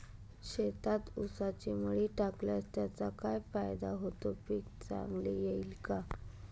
शेतात ऊसाची मळी टाकल्यास त्याचा काय फायदा होतो, पीक चांगले येईल का?